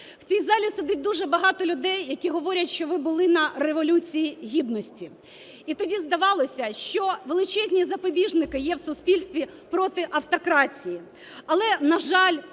В цій залі сидить дуже багато людей, які говорять, що ви були на Революції Гідності. І тоді здавалося, що величезні запобіжники є в суспільстві проти автократії. Але, на жаль,